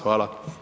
Hvala.